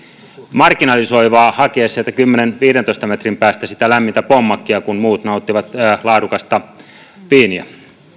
marginalisoivaa hakea sieltä kymmenen viiva viidentoista metrin päästä sitä lämmintä pommacia kun muut nauttivat laadukasta viiniä